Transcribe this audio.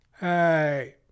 Hey